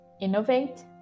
innovate